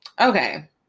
Okay